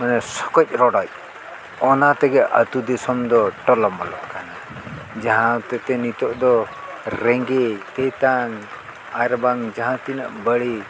ᱢᱟᱱᱮ ᱥᱚᱠᱚᱡ ᱨᱚᱰᱚᱡ ᱚᱱᱟ ᱛᱮᱜᱮ ᱟᱛᱳ ᱫᱤᱥᱚᱢ ᱫᱚ ᱴᱚᱞᱚᱢᱚᱞᱚ ᱟᱠᱟᱱᱟ ᱡᱟᱦᱟᱸ ᱦᱚᱛᱮᱛᱮ ᱱᱤᱛᱳᱜ ᱫᱚ ᱨᱮᱸᱜᱮᱡ ᱛᱮᱛᱟᱝ ᱟᱨ ᱵᱟᱝ ᱡᱟᱦᱟᱸ ᱛᱤᱱᱟᱹᱜ ᱵᱟᱹᱲᱤᱡ